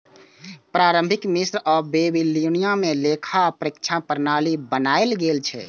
प्रारंभिक मिस्र आ बेबीलोनिया मे लेखा परीक्षा प्रणाली बनाएल गेल रहै